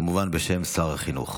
כמובן בשם שר החינוך